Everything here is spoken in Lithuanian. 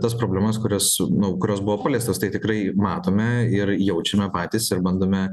tas problemas kurios nu kurios buvo paliestos tai tikrai matome ir jaučiame patys ir bandome